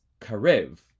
karev